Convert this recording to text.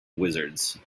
wizards